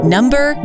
Number